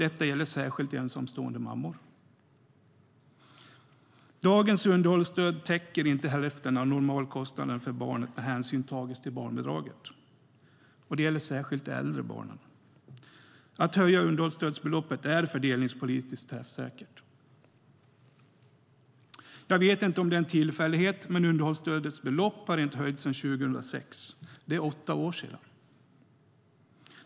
Detta gäller särskilt ensamstående mammor. Jag vet inte om det är en tillfällighet, men underhållsstödets belopp har inte höjts sedan 2006. Det är åtta år sedan.